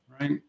right